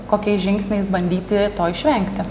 kokiais žingsniais bandyti to išvengti